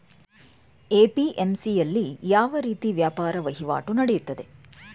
APMC ಯಲ್ಲಿ ಯಾವ ರೀತಿ ವ್ಯಾಪಾರ ವಹಿವಾಟು ನೆಡೆಯುತ್ತದೆ?